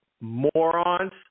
Morons